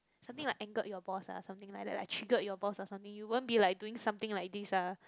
something like angered your boss ah something like that like triggered your boss or something you won't be like doing something like this ah